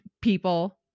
people